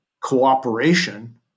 cooperation